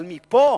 אבל מפה